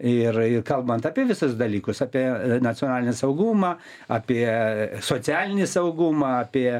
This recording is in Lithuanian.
ir ir kalbant apie visus dalykus apie nacionalinį saugumą apie socialinį saugumą apie